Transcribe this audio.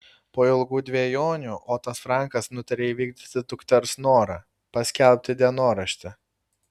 po ilgų dvejonių otas frankas nutarė įvykdyti dukters norą paskelbti dienoraštį